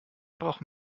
brauchen